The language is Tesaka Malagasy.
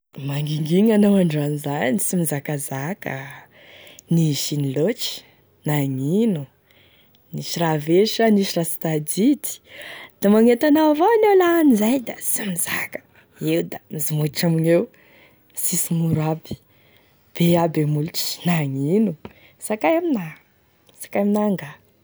Mangiginy anao androany zany sy mizakazaka, nisy ino lotry? Nagnino, nisy raha very sa nisy raha sy tadidy? Da magnenty anao avao an'iaho lahany zay da sy mizaka, eo da mizomotry amigneo misisign'oro aby, be aby e molotry, nagnino, zakay amina, zakay amina ngaha.